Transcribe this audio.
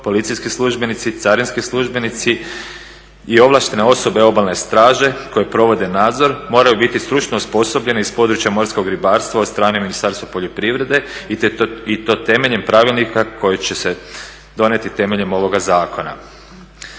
policijski službenici, carinski službenici i ovlaštene osobe Obalne straže koje provode nadzor moraju biti stručno osposobljene iz područja morskog ribarstva od strane Ministarstva poljoprivrede i to temeljem pravilnika koji će se donijeti temeljem ovoga zakona.